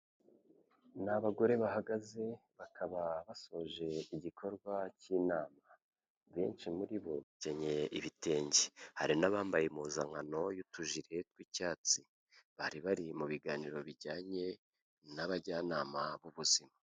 Ni abagore bahagaze bakaba basoje igikorwa cy'inama. Benshi muri bo bakenyeye ibitenge. Hari n'abambaye impuzankano y'utujire tw'icyatsi. Bari bari mu biganiro bijyanye n'abajyanama b'ubuzima.